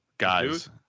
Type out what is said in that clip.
Guys